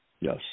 Yes